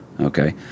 Okay